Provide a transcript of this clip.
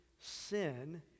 sin